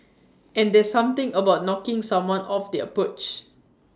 and there's something about knocking someone off their perch